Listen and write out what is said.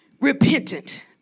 repentant